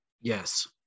Yes